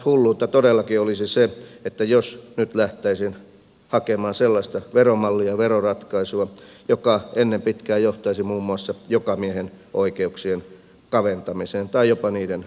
hulluutta todellakin olisi se jos nyt lähdettäisiin hakemaan sellaista veromallia veroratkaisua joka ennen pitkää johtaisi muun muassa jokamiehenoikeuksien kaventamiseen tai jopa niiden poistamiseen